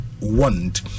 want